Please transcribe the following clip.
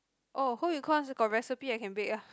oh home-econs got recipe I can bake ah